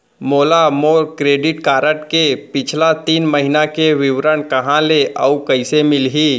मोला मोर credit card के पिछला तीन महीना के विवरण कहाँ ले अऊ कइसे मिलही?